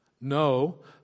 No